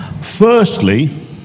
Firstly